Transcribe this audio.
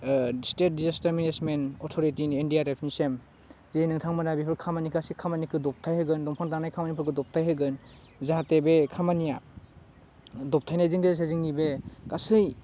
ओह state disaster management अट'रिटिनि India रेपनिसिएम जे नोंथांमोनहा बेफोर खामानि गासै खामानिखौ दब्थाइ होगोन दंफां दान्नाय खामानिफोरखौ दब्थाइ होगोन जाहाथे बे खामानिया दब्थाइनायजों देसा जोंनि बे गासै